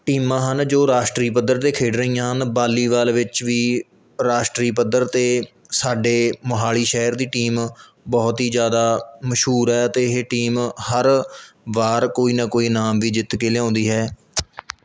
ਟੀਮਾਂ ਹਨ ਜੋ ਰਾਸ਼ਟਰੀ ਪੱਧਰ 'ਤੇ ਖੇਡ ਰਹੀਆਂ ਹਨ ਵਾਲੀਵਾਲ ਵਿੱਚ ਵੀ ਰਾਸ਼ਟਰੀ ਪੱਧਰ 'ਤੇ ਸਾਡੇ ਮੋਹਾਲੀ ਸ਼ਹਿਰ ਦੀ ਟੀਮ ਬਹੁਤ ਹੀ ਜਿਆਦਾ ਮਸ਼ਹੂਰ ਹੈ ਅਤੇ ਇਹ ਟੀਮ ਹਰ ਵਾਰ ਕੋਈ ਨਾ ਕੋਈ ਇਨਾਮ ਵੀ ਜਿੱਤ ਕੇ ਲਿਆਉਂਦੀ ਹੈ